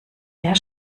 der